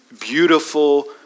beautiful